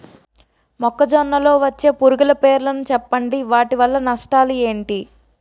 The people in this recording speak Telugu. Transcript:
మొక్కజొన్న లో వచ్చే పురుగుల పేర్లను చెప్పండి? వాటి వల్ల నష్టాలు ఎంటి?